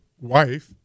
wife